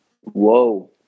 Whoa